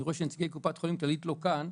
אני רוצה לשמוע את נציגי קופת חולים כללית שלא כאן,